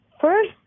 First